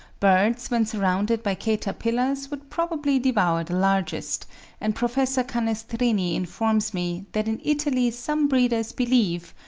birds when surrounded by caterpillars would probably devour the largest and professor canestrini informs me that in italy some breeders believe,